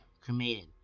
cremated